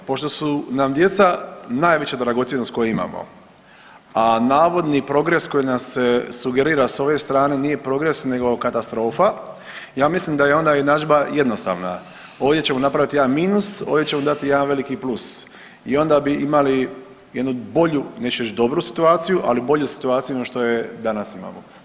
Pošto su nam djeca najveća dragocjenost koju imamo, a navodni progres koji nam se sugerira s ove strane nije progres nego katastrofa, ja mislim da je ona jednadžba jednostavna, ovdje ćemo napraviti jedan minus, ovdje ćemo dati jedan veliki plus i onda bi imali jednu bolju, neću reć dobru situaciju, ali bolju situaciju nego što je danas imamo.